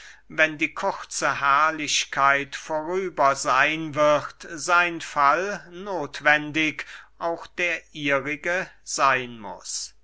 wenn die kurze herrlichkeit vorüber seyn wird sein fall nothwendig auch der ihrige seyn muß